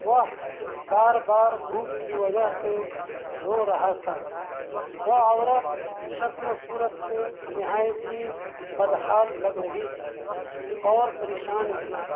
وہ بار بار بھوک کی وجہ سے رو رہا تھا وہ عورت شکل و صورت سے نہایت ہی بدحال لگ رہی تھی اور پریشان بھی